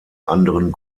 anderen